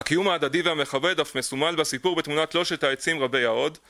הקיום ההדדי והמכבד אף מסומל בסיפור בתמונת תלוש את העצים רבי ההוד